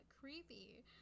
creepy